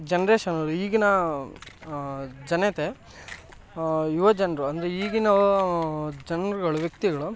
ಜನ್ರೇಷನವರು ಈಗಿನ ಜನತೆ ಯುವ ಜನರು ಅಂದರೆ ಈಗಿನ ಜನರುಗಳು ವ್ಯಕ್ತಿಗಳು